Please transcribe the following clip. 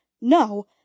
no